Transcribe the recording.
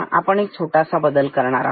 आता आपण एक छोटासा बदल करणार